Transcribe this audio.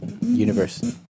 universe